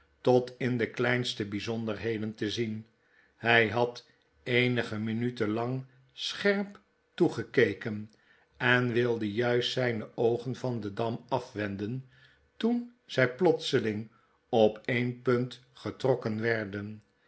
tot in de kleinste bjjzonderheden te zien hy had eenige minuten lang scherp toegekeken en wildejuist zijne oogen van den dam afwenden toen zij plotseling op een punt getrokken werden